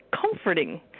comforting